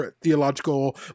theological